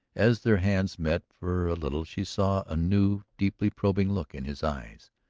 as their hands met for a little she saw a new, deeply probing look in his eyes,